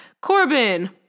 corbin